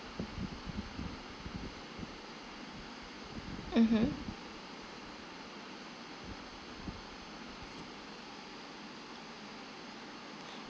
mmhmm